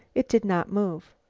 it did not move.